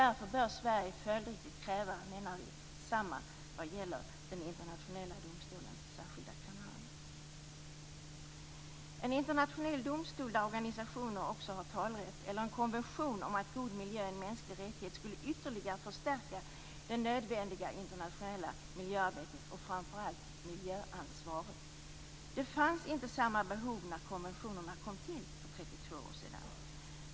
Därför bör Sverige följdriktigt kräva detsamma, menar vi, vad gäller den internationella domstolens särskilda kammare. En internationell domstol där organisationer också har talerätt eller en konvention om att god miljö är en mänsklig rättighet skulle ytterligare förstärka det nödvändiga internationella miljöarbetet och framför allt miljöansvaret. Det fanns inte samma behov när konventionerna kom till för 32 år sedan.